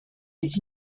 les